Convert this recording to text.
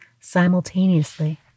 simultaneously